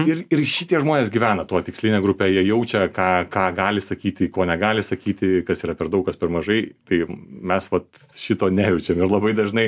ir ir šitie žmonės gyvena tuo tikslinė grupė jie jaučia ką ką gali sakyti ko negali sakyti kas yra per daug kas per mažai tai mes vat šito nejaučiam ir labai dažnai